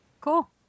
Cool